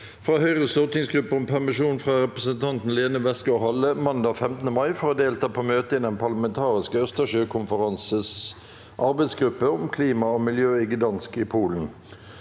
fra Høyres stortingsgruppe om permisjon for representanten Lene Westgaard-Halle mandag 15. mai for å delta på møte i den parlamentariske østersjøkonferansens arbeidsgruppe om klima og miljø i Gdansk, i Polen